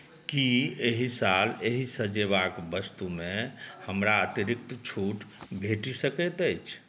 की एहि साल एहि सजयबाक वस्तुमे हमरा अतिरिक्त छूट भेटि सकैत अछि